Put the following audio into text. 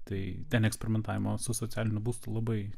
tai ten eksperimentavimo su socialiniu būstu labai